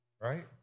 Right